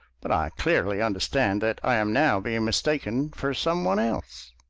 but i clearly understand that i am now being mistaken for some one else.